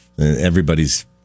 everybody's